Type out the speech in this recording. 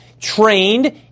trained